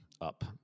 up